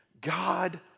God